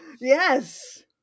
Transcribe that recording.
Yes